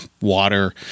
water